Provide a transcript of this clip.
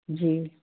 जी